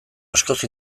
askoz